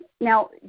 Now